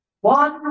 One